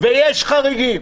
ויש חריגים,